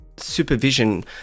supervision